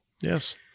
yes